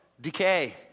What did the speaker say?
decay